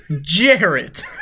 Jared